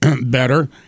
better